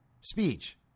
speech